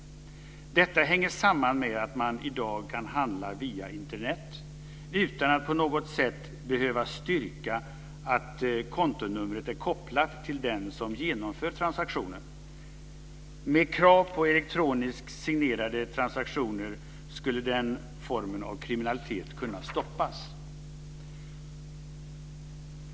Detta hänger samman med att man i dag kan handla via Internet utan att på något sätt behöva styrka att kontonumret är kopplat till den som genomför transaktionen. Med krav på elektroniskt signerade transaktioner skulle den formen av kriminalitet kunna stoppas."